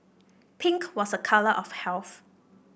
pink was a colour of health